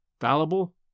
fallible